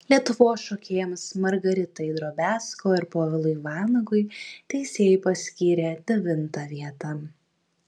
lietuvos šokėjams margaritai drobiazko ir povilui vanagui teisėjai paskyrė devintą vietą